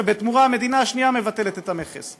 ובתמורה המדינה השנייה מבטלת את המכס.